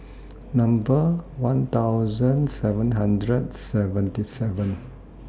Number one thousand seven hundred seventy seven